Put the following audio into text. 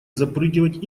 запрыгивать